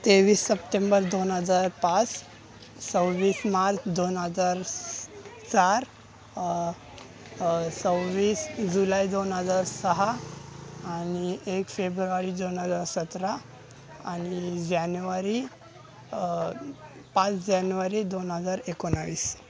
तेवीस सप्टेंबर दोन हजार पाच सव्वीस मार्च दोन हजार चार सव्वीस जुलै दोन हजार सहा आणि एक फेब्रुवारी दोन हजार सतरा आणि जानेवारी पाच जानेवारी दोन हजार एकोणावीस